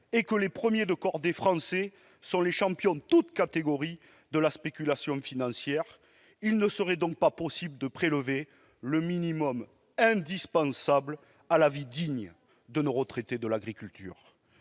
et que les « premiers de cordée français sont les champions toutes catégories de la spéculation financière », il ne serait donc pas possible de prélever le minimum indispensable à la vie digne de nos retraités de l'agriculture.